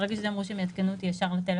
ברגע שהוא יגיע הם יעבירו לי ישר לטלפון.